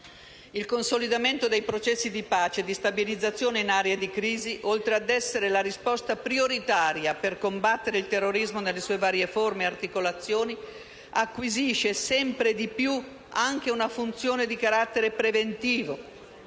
Il consolidamento dei processi di pace e di stabilizzazione in aree di crisi, oltre ad essere la risposta prioritaria per combattere il terrorismo nelle sue varie forme e articolazioni, acquisisce sempre di più anche una funzione di carattere preventivo